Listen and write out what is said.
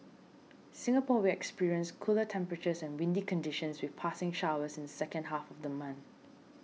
Singapore will experience cooler temperatures and windy conditions with passing showers in the second half of the month